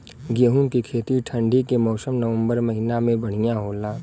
गेहूँ के खेती ठंण्डी के मौसम नवम्बर महीना में बढ़ियां होला?